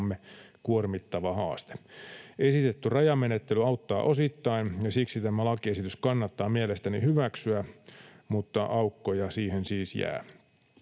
kuormittava haaste. Esitetty rajamenettely auttaa osittain, ja siksi tämä lakiesitys kannattaa mielestäni hyväksyä, mutta aukkoja siihen siis jää.